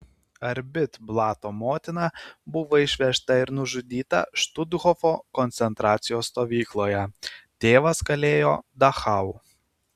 arbit blato motina buvo išvežta ir nužudyta štuthofo koncentracijos stovykloje tėvas kalėjo dachau